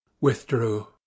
withdrew